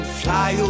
fly